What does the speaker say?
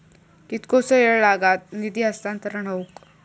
कितकोसो वेळ लागत निधी हस्तांतरण हौक?